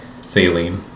Saline